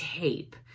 tape